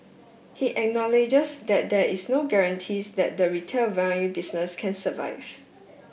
he acknowledges that there is no guarantees that the retail vinyl business can survive